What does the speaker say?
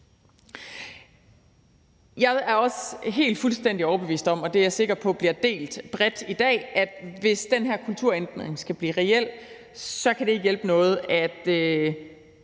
Jeg er også fuldstændig overbevist om – og det er jeg sikker på bliver delt bredt i dag – at hvis den her kulturændring skal blive reel, kan det ikke hjælpe noget, at